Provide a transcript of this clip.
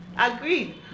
Agreed